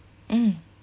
mm